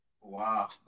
Wow